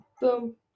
Boom